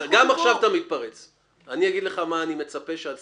אתה נתת לי זכות דיבור.